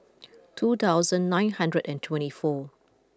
two thousand nine hundred and twenty four